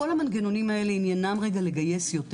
כל המנגנונים האלה, עניינם לגייס יותר.